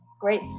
great